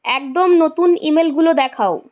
একদম নতুন ইমেলগুলো দেখাও